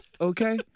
Okay